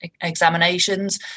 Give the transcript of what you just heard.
examinations